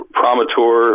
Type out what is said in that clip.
promotor